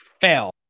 Fail